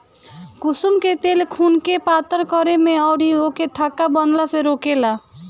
कुसुम के तेल खुनके पातर करे में अउरी ओके थक्का बनला से रोकेला